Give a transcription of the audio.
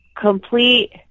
complete